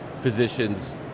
physicians